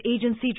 agency